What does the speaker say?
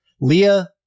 Leah